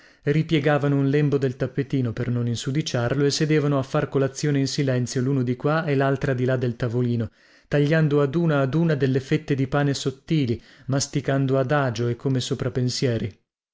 ripiegavano un lembo del tappetino per non insudiciarlo e sedevano a far colazione in silenzio luno di qua e laltra di là del tavolino tagliando ad una ad una delle fette di pane sottili masticando adagio e come